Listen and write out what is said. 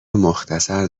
مختصر